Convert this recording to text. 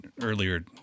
earlier